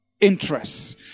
interests